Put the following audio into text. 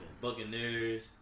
Buccaneers